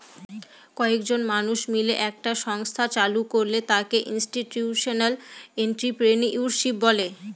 কয়েকজন মানুষ মিলে একটা সংস্থা চালু করলে তাকে ইনস্টিটিউশনাল এন্ট্রিপ্রেনিউরশিপ বলে